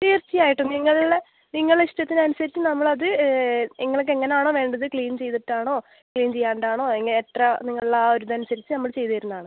തീർച്ചയായിട്ടും നിങ്ങളെ നിങ്ങളെ ഇഷ്ടത്തിനനുസരിച്ച് നമ്മൾ അത് നിങ്ങൾക്ക് എങ്ങനെയാണോ വേണ്ടത് ക്ലീൻ ചെയ്തിട്ടാണോ ക്ലീൻ ചെയ്യാണ്ട് ആണോ എങ്ങ് എത്ര നിങ്ങൾ ആ ഒരു ഇതനുസരിച്ച് നമ്മൾ ചെയ്തുതരുന്നതാണ്